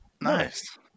nice